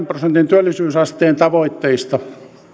prosentin työllisyysasteen tavoitteista